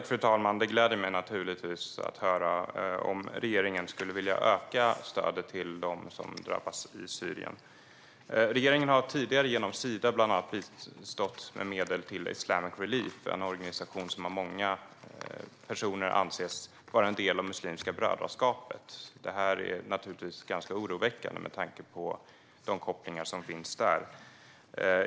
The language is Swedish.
Fru talman! Det gläder mig naturligtvis att höra om regeringen skulle vilja öka stödet till dem som drabbas i Syrien. Regeringen har tidigare, bland annat genom Sida, bistått med medel till Islamic Relief. Det är en organisation som av många personer anses vara en del av Muslimska brödraskapet. Detta är naturligtvis ganska oroväckande med tanke på de kopplingar som finns där.